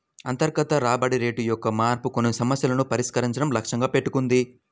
అంతర్గత రాబడి రేటు యొక్క మార్పు కొన్ని సమస్యలను పరిష్కరించడం లక్ష్యంగా పెట్టుకుంది